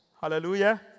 Hallelujah